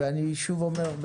ואני שוב אומר,